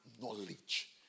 knowledge